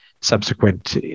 subsequent